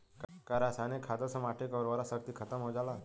का रसायनिक खादों से माटी क उर्वरा शक्ति खतम हो जाला?